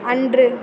அன்று